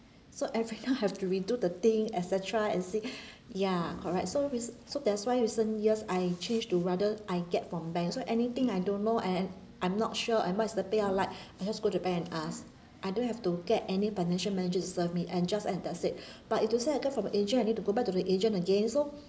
so every time I have to redo the thing et cetera and see ya correct so re~ so that's why recent years I change to rather I get from banks so anything I don't know and I'm not sure and what is the payout like I just go to bank and ask I don't have to get any financial manager to serve me and just ask that's it but if let's say I get from agent I need to go back to the agent again so